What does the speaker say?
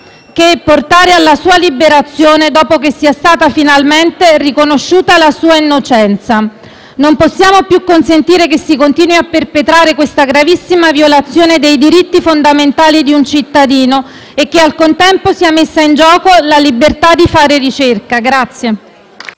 che portare alla sua liberazione dopo che sia stata finalmente riconosciuta la sua innocenza. Non possiamo più consentire che si continui a perpetrare questa gravissima violazione dei diritti fondamentali di un cittadino e che, nel contempo, sia messa in gioco la libertà di fare ricerca.